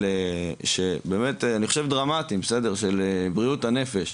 שבאמת אני חושב דרמטיים של בריאות הנפש,